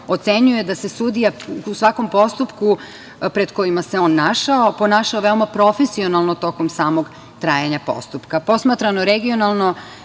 ocenjuje da se sudija u svakom postupku pred kojima se on našao ponašao veoma profesionalno tokom samog trajanja postupka. Posmatrano regionalno